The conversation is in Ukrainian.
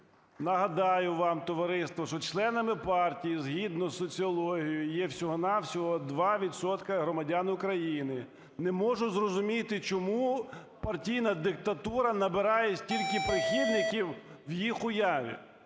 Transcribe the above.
Нагадаю вам, товариство, що членами партії згідно з соціологією ж всього-на-всього 2 відсотки громадян України. Не можу зрозуміти, чому партійна диктатура набирає стільки прихильників в їх уяві.